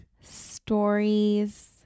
stories